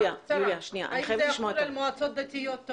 האם זה חל על מועצות דתיות?